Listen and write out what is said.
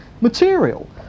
material